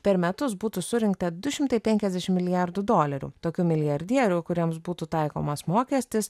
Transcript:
per metus būtų surinkta du šimtai penkiasdešim milijardų dolerių tokių milijardierių kuriems būtų taikomas mokestis